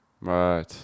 Right